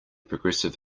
progressive